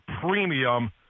premium